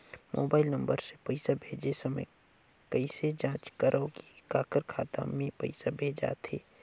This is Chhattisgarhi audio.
मोबाइल नम्बर मे पइसा भेजे समय कइसे जांच करव की काकर खाता मे पइसा भेजात हे?